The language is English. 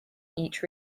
each